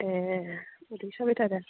ए उदै साबाय थादो